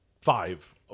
five